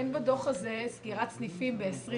אין בדוח הזה סגירת סניפים ב-2020,